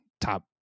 top